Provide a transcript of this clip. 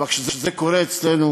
אבל כשזה קורה אצלנו,